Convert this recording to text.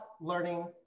learning